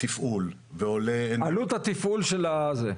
תפעול --- עלות התפעול של הזה?